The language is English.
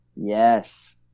Yes